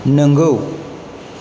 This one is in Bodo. नंगौ